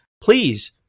Please